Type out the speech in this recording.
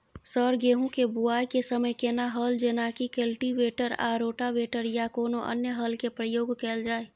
Sir गेहूं के बुआई के समय केना हल जेनाकी कल्टिवेटर आ रोटावेटर या कोनो अन्य हल के प्रयोग कैल जाए?